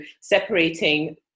separating